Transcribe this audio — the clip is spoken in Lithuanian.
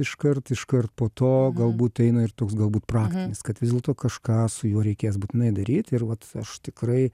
iškart iškart po to galbūt eina ir toks galbūt praktinis kad vis dėlto kažką su juo reikės būtinai daryt ir vat aš tikrai